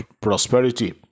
prosperity